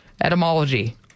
etymology